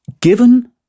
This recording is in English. given